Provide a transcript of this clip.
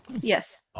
Yes